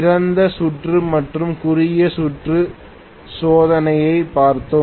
திறந்த சுற்று மற்றும் குறுகிய சுற்று சோதனையைப் பார்த்தோம்